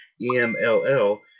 EMLL